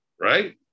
Right